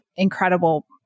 incredible